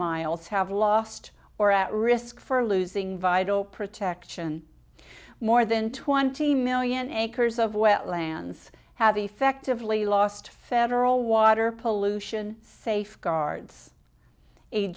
miles have lost or at risk for losing vital protection more than twenty million acres of wetlands have effectively lost federal water pollution safeguards